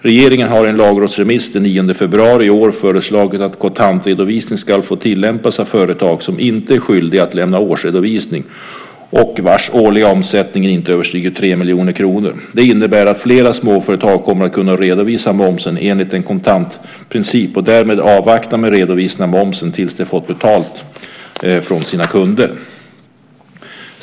Regeringen har i en lagrådsremiss den 9 februari i år föreslagit att kontantredovisning får tillämpas av företag som inte är skyldiga att lämna årsredovisning och vars årliga omsättning inte överstiger 3 miljoner kronor. Det innebär att flera småföretag kommer att kunna redovisa momsen enligt en kontantprincip och därmed avvakta med redovisningen av momsen tills de fått betalt från sina kunder.